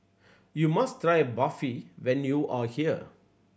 you must try Barfi when you are here